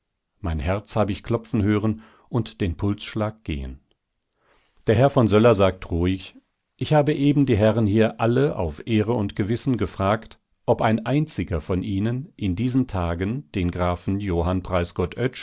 mein herz hab ich klopfen hören und den pulsschlag gehen der herr von söller sagt ruhig ich habe eben die herren hier alle auf ehre und gewissen gefragt ob ein einziger von ihnen in diesen tagen den grafen johann